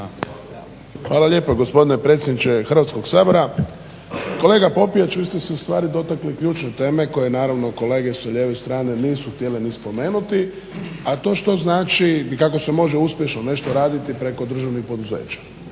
Hvala lijepo gospodine predsjedniče Hrvatskog sabora. Kolega Popijač vi ste ustvari dotakli ključne teme koje naravno kolege sa lijeve strane nisu htjele ni spomenuti, a to što znači i kako se može uspješno nešto raditi preko državnih poduzeća.